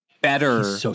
better